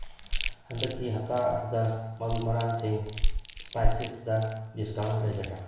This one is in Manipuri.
ꯍꯟꯗꯛꯀꯤ ꯍꯞꯇꯥ ꯑꯁꯤꯗ ꯃꯔꯨ ꯃꯔꯥꯡꯁꯤꯡ ꯏꯁꯄꯥꯏꯁꯤꯁꯗ ꯗꯤꯁꯀꯥꯎꯟ ꯂꯩꯒꯗ꯭ꯔꯥ